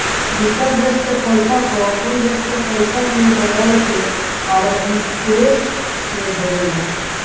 दूसर देस के पईसा कअ अपनी देस के पईसा में बदलके आर्बिट्रेज से भेजल जाला